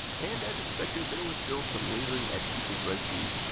and as expected there was still some lingering adhesive residue.